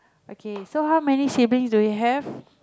okay so how many savings do you have